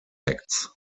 acts